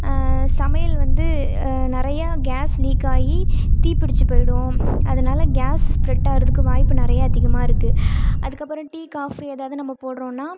சமையல் வந்து நிறையா கேஸ் லீக் ஆகி தீப்பிடிச்சி போயிடும் அதனால் கேஸ் ஸ்ப்ரெட் ஆகிறதுக்கு வாய்ப்பு நிறையா அதிகமாக இருக்குது அதுக்கப்புறம் டீ காஃபி எதாவது நம்ம போடுறோன்னா